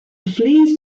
flees